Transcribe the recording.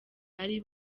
ari